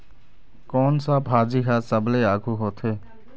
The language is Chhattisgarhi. कोन सा भाजी हा सबले आघु होथे?